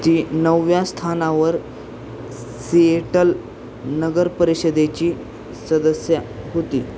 ती नवव्या स्थानावर सिएटल नगरपरिषदेची सदस्या होती